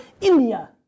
India